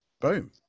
Boom